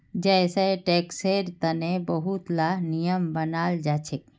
जै सै टैक्सेर तने बहुत ला नियम बनाल जाछेक